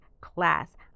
Class